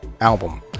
album